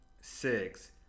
six